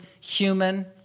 human